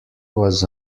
was